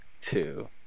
two